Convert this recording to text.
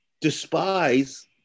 despise